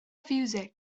fiwsig